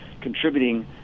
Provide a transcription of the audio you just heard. contributing